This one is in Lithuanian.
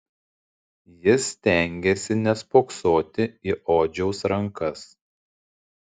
jis stengėsi nespoksoti į odžiaus rankas